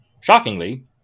shockingly